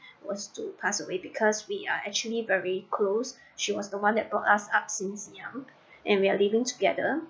was to passed away because we are actually very close she was the one that brought us up since young and we are living together